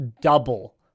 double